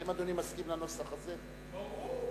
האם אדוני מסכים לנוסח הזה, ברור.